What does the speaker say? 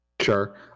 Sure